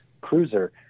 cruiser